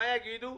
מה יגידו?